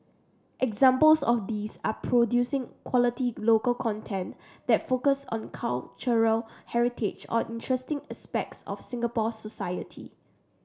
examples of these are producing quality local content that focus on cultural heritage or interesting aspects of Singapore society